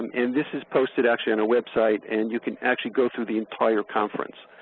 and this is posted actually on our website and you can actually go through the entire conference.